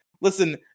Listen